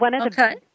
Okay